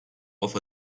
off